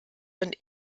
und